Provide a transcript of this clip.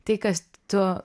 tai kas tu